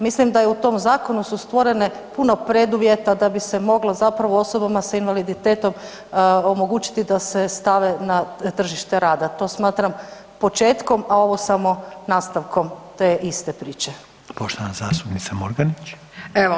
Mislim da je, u tom zakonu su stvorene puno preduvjeta da bi se moglo zapravo osobama sa invaliditetom omogućiti da se stave na tržište rada, to smatram početkom, a ovo samo nastavkom te iste priče.